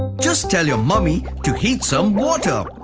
just tell your mommy to heat some water.